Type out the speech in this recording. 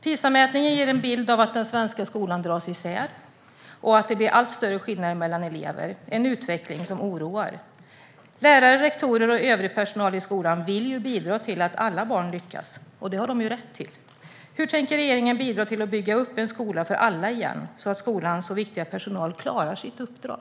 PISA-mätningen ger en bild av att den svenska skolan slits isär och att det blir allt större skillnad mellan elever. Det är en utveckling som oroar. Lärare, rektorer och övrig personal i skolan vill ju bidra till att alla barn lyckas, och det har eleverna rätt till. Hur tänker regeringen bidra till att bygga upp en skola för alla igen, så att skolans viktiga personal klarar sitt uppdrag?